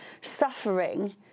suffering